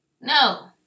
no